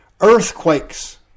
Earthquakes